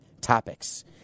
topics